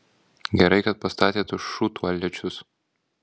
gerai kad pastatė tuos šūdtualečius